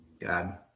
God